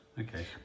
okay